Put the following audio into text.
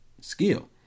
skill